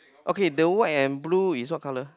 okay the white and blue is what colour